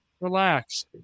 relax